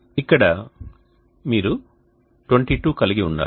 ఇక్కడ మీరు 22 కలిగి ఉన్నారు